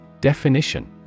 Definition